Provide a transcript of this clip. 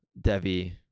Devi